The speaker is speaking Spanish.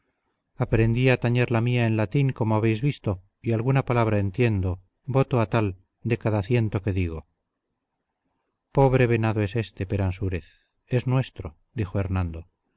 aprendí a tañer la mía en latín como habéis visto y alguna palabra entiendo voto a tal de cada ciento que digo pobre venado es éste peransúrez es nuestro dijo hernando